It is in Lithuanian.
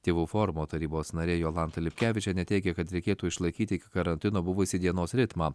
tėvų forumo tarybos narė jolanta lipkevičienė teigia kad reikėtų išlaikyti iki karantino buvusį dienos ritmą